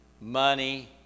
money